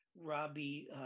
Robbie